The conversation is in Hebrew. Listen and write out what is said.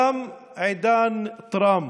תם עידן טראמפ,